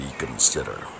reconsider